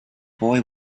boy